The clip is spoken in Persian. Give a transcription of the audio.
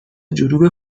جنوب